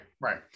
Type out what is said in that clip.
right